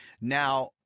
now